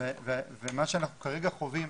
ומה שאנחנו כרגע חווים,